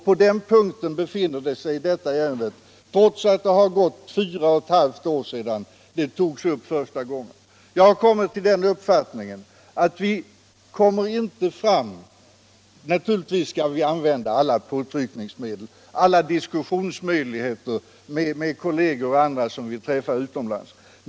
På den punkten befinner sig detta ärende fortfarande trots att det har gått fyra och ett halvt år sedan det togs upp första gången. Naturligtvis skall vi använda alla påtryckningsmedel, tillvarata alla diskussionsmöjligheter med kolleger och andra som vi träffar utomlands.